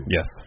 Yes